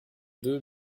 deux